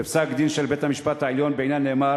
בפסק-דין של בית-המשפט העליון בעניין נאמר